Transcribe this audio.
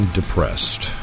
depressed